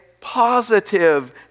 positive